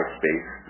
space